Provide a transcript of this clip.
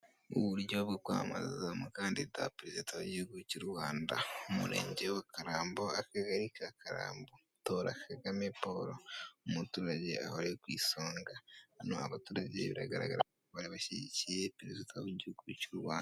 Abaturage benshi cyane bambaye amabara y'umutuku n'ubururu, bafite icyapa kiriho ifoto y'umukandida w'ishyaka rya FPR, Paul Kagame, bari kwamamaza. Bari kugaragaza ko ari we bashyigikiye kandi banashishikariza abandi kuzamutora.